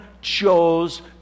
chose